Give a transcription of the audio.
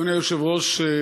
אדוני היושב-ראש,